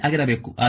3 ಆಗಿರಬೇಕು